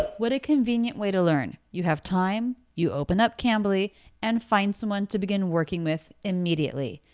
what a convenient way to learn. you have time you open up cambly and find someone to begin working with immediately.